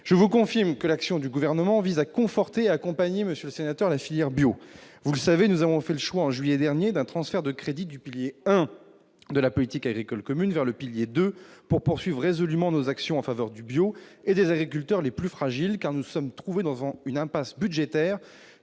je vous confirme que l'action du gouvernement vise à conforter accompagné monsieur sénateur la filière bio, vous le savez, nous avons fait le choix en juillet dernier d'un transfert de crédits du pilier de la politique agricole commune vers le pilier 2 pour poursuivre poursuivre et zou du nos actions en faveur du bio et des agriculteurs les plus fragiles, car nous sommes trouvés devant une impasse budgétaire